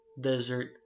desert